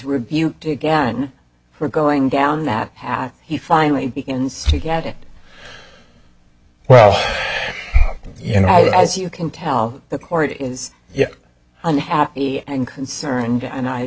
rebuked again for going down that path he finally begins to get it well you know as you can tell the court is unhappy and concerned and i